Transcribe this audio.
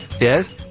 Yes